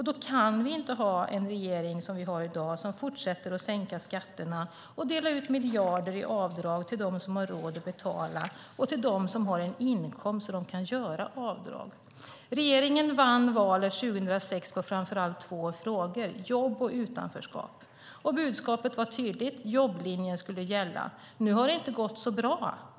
Då kan vi inte ha en regering som den nuvarande, som fortsätter att sänka skatterna och dela ut miljarder i avdrag till dem som har råd att betala och till dem som har en sådan inkomst att de kan göra avdrag. Regeringen vann valet 2006 på framför allt två frågor, jobb och utanförskap. Budskapet var tydligt. Jobblinjen skulle gälla. Nu har det inte gått så bra.